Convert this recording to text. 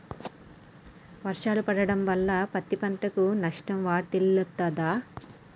వర్షాలు పడటం వల్ల పత్తి పంటకు నష్టం వాటిల్లుతదా?